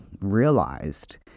realized